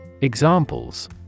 Examples